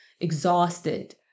exhausted